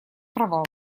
провал